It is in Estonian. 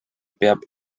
peab